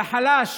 לחלש,